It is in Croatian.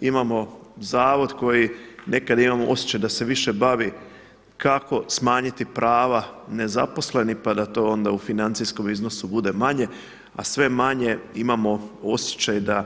Imamo zavod koji nekad imam osjećaj da se više bavi kako smanjiti prava nezaposlenima pa da onda to u financijskom iznosu bude manje, a sve manje imamo osjećaj da